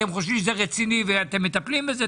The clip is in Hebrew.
אתם חושבים שזה רציני ומטפלים בזה?